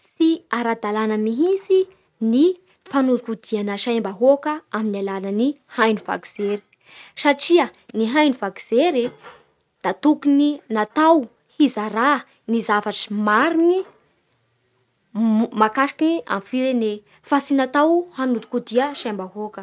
Tsy ara-dalàna mihitsy ny fanodikondina nya saim-bahôka amin'ny alalan'ny haino vaky jery, satria ny haino vaky jery da tokony natao hizarà ny zavatsy mariny makasiky amin'ny firene fa tsy natao hanodikody saim-bahôka.